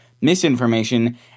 misinformation